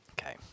Okay